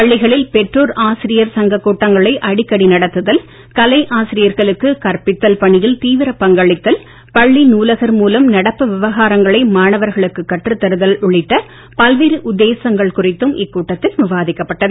பள்ளிகளில் பெற்றோர் சங்க கூட்டங்களை அடிக்கடி நடத்துதல் கலை ஆசிரியர் ஆசிரியர்களுக்கு கற்பித்தல் பணியில் தீவிர பங்களித்தல் பள்ளி நூலகர் மூலம் நடப்பு விவகாரங்களை மாணவர்களுக்கு கற்றுத் தருதல் உள்ளிட்ட பல்வேறு உத்தேசங்கள் குறித்தும் இக்கூட்டத்தில் விவாதிக்கப்பட்டது